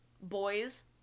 boys